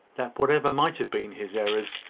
that whatever might have been his errors,